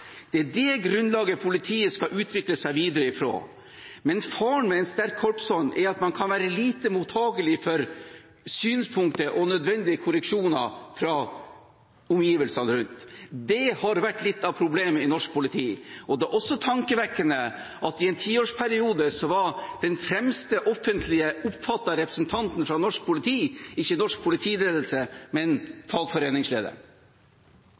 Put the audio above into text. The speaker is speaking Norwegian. Det er det grunnlaget politiet skal utvikle seg videre fra. Men faren med en sterk korpsånd er at man kan være lite mottagelig for synspunkter og nødvendige korreksjoner fra omgivelsene rundt. Det har vært litt av problemet i norsk politi. Det er også tankevekkende at i en tiårsperiode var den fremste offentlig oppfattede representanten fra norsk politi ikke norsk politiledelse,